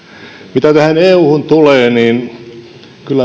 mitä euhun tulee niin